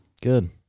Good